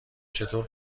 چطور